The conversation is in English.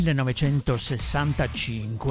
1965